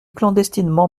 clandestinement